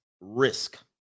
risk